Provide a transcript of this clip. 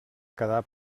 quedar